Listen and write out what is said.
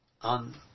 on